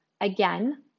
Again